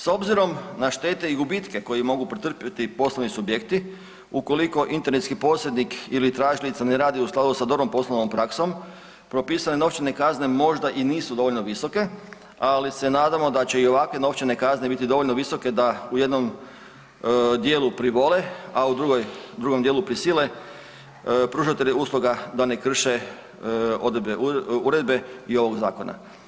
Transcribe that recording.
S obzirom na štete i gubitke koji mogu pretrpiti poslovni subjekti ukoliko internetski posrednik ili tražilica ne radi u skladu sa dobrom poslovnom praksom, propisane novčane kazne možda i nisu dovoljno visoke, ali se nadamo da će i ovakve novčane kazne biti dovoljno visoke da u jednom dijelu privole, a u drugom dijelu prisile pružatelje usluga da ne krše odredbe uredbe i ovog zakona.